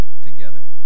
together